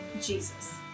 Jesus